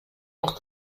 nach